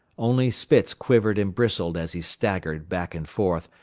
only spitz quivered and bristled as he staggered back and forth,